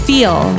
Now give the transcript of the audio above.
Feel